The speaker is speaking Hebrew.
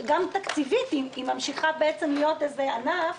גם תקציבית היא ממשיכה בעצם להיות איזה ענף